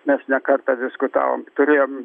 mes ne kartą diskutavom turėjom